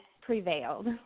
prevailed